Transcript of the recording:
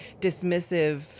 dismissive